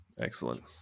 Excellent